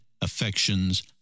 affections